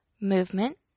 movement